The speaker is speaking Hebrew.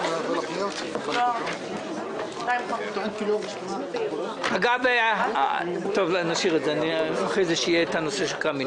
מיעוט נגד, רוב נמנעים, אין הרביזיה לא התקבלה.